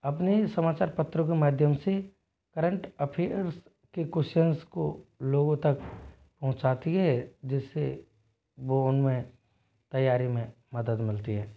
अपनी समाचार पत्रों के माध्यम से करंट अफेयर्स के क्वेश्चन्स को लोगों तक पहुँचाती है जिससे वो उनमें तैयारी में मदद मिलती है